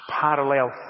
parallel